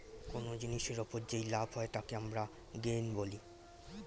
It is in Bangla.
কোন জিনিসের ওপর যেই লাভ হয় তাকে আমরা গেইন বলি